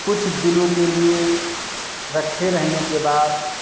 कुछ दिनों के लिए रखे रहने के बाद